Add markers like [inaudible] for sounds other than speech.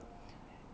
[noise]